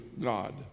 God